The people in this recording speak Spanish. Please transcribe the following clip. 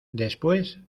después